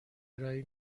ارائه